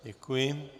Děkuji.